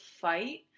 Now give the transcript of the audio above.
fight